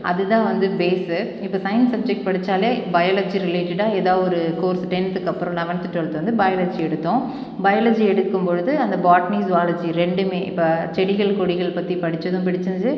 அதுதான் வந்து பேஸ்ஸு இப்போ சயின்ஸ் சப்ஜெக்ட் படித்தாலே பையாலஜி ரிலேட்டடாக எதாவது ஒரு கோர்ஸ் டென்த்துக்கு அப்புறம் லெவன்த்து ட்வெல்த்து வந்து பயாலஜி எடுத்தோம் பயாலஜி எடுக்கும்போது அந்த பாட்னி ஸூவாலஜி ரெண்டுமே இப்போ செடிகள் கொடிகள் பற்றி படித்ததும் பிடிச்சுருந்ச்சு